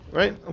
right